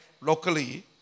locally